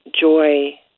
joy